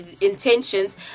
intentions